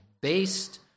based